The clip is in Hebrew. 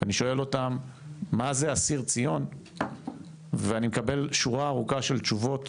אני שואל אותם מה זה אסיר ציון ואני מקבל שורה ארוכה של תשובות